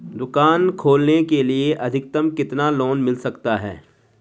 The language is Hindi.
दुकान खोलने के लिए अधिकतम कितना लोन मिल सकता है?